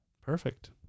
Perfect